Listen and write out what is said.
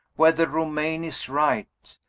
whether romayne is right.